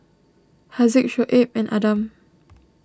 Haziq Shoaib and Adam